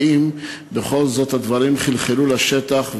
האם בכל זאת הדברים חלחלו לשטח?